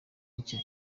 nshya